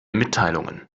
mitteilungen